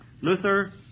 Luther